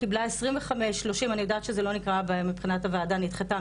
קיבלה 25-30 אני יודעת שזה לא נקרא מבחינת הוועדה נדחתה,